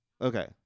Okay